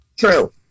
True